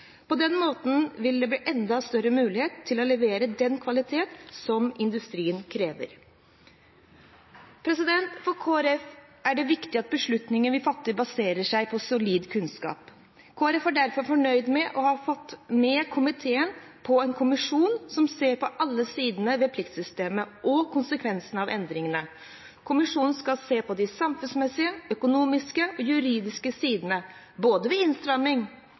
På denne måten vil det bli enda større mulighet til levere den kvaliteten som industrien krever. For Kristelig Folkeparti er det viktig at beslutningene vi fatter, baserer seg på solid kunnskap. Kristelig Folkeparti er derfor fornøyd med å ha fått med komiteen på å nedsette en kommisjon som ser på alle sidene ved pliktsystemet og konsekvensene av endringer. Kommisjonen skal se på de samfunnsmessige, økonomiske og juridiske sider ved både innstramming,